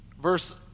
Verse